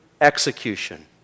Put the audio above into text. execution